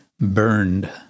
burned